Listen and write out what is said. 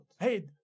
Hey